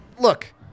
Look